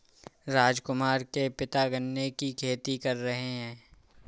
राजकुमार के पिता गन्ने की खेती कर रहे हैं